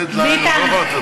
דדליין הוא לא יכול לתת,